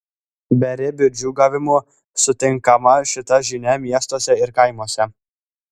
beribiu džiūgavimu sutinkama šita žinia miestuose ir kaimuose